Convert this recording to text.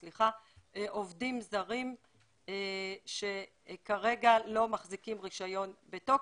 עובדים זרים שכרגע לא מחזיקים רישיון בתוקף,